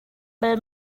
bal